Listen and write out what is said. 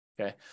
Okay